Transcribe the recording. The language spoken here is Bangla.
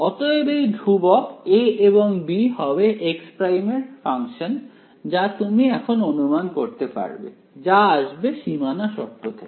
অতএব এই ধ্রুবক A এবং B হবে x' এর ফাংশন যা তুমি এখন অনুমান করতে পারবে যা আসবে সীমানা শর্ত থেকে